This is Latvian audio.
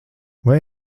vai